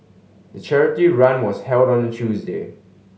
the charity run was held on a Tuesday